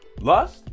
lust